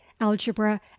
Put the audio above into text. algebra